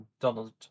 Donald